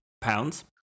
pounds